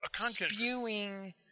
spewing